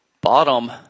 bottom